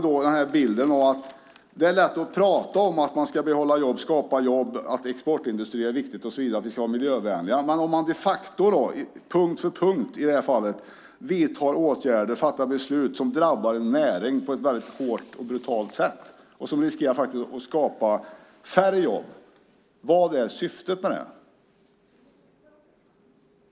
Det är lätt att prata om att man ska behålla jobb, skapa jobb, att exportindustrin är viktig och så vidare och att vi ska vara miljövänliga, men om man de facto vidtar åtgärder och fattar beslut som drabbar en näring på ett hårt och brutalt sätt och riskerar att skapa färre jobb, vad är då syftet med det?